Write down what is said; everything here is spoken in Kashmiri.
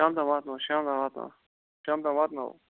شام تام واتناوو شام تام واتناوو شام تام واتناوو